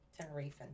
Tenerife